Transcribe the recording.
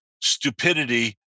stupidity